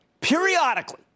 Periodically